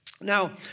Now